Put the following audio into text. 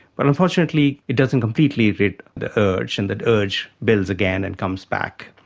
but unfortunately it doesn't completely rid the urge and that urge builds again and comes back.